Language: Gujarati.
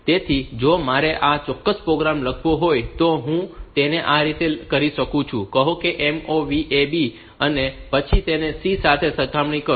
તેથી જો મારે આ ચોક્કસ પ્રોગ્રામ લખવો હોય તો હું તેને આ રીતે કરી શકું છું કે કહો કે MOV AB અને પછી તેને C સાથે સરખામણી કરો